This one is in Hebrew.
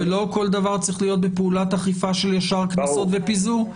ולא כל דבר צריך להיות בפעולת אכיפה של ישר קנסות ופיזור.